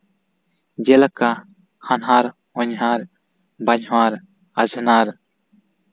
ᱡᱮᱞᱮᱠᱟ ᱦᱟᱱᱦᱟᱨ ᱦᱚᱸᱧᱦᱟᱨ ᱵᱟᱦᱚᱧᱦᱟᱨ ᱟᱡᱷᱱᱟᱨ